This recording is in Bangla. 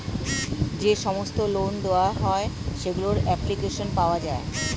যে সমস্ত লোন দেওয়া হয় সেগুলোর অ্যাপ্লিকেশন পাওয়া যায়